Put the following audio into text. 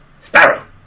Sparrow